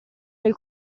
nel